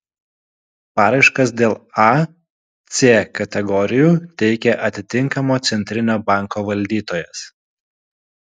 paraiškas dėl a c kategorijų teikia atitinkamo centrinio banko valdytojas